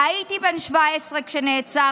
ואופוזיציונית כאחד,